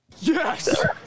Yes